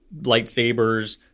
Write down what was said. lightsabers